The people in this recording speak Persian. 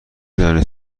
دانید